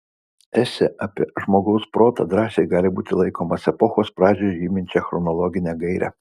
esė apie žmogaus protą drąsiai gali būti laikomas epochos pradžią žyminčia chronologine gaire